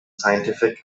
scientific